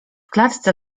klatce